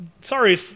sorry